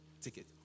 ticket